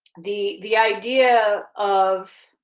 the the idea of.